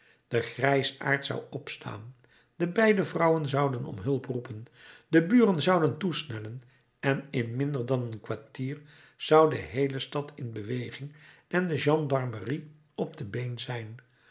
de grijsaard zou opstaan de beide vrouwen zouden om hulp roepen de buren zouden toesnellen en in minder dan een kwartier zou de heele stad in beweging en de gendarmerie op de been zijn